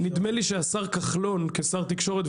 נדמה לי שהשר כחלון כשר תקשורת,